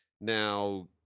Now